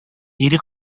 ири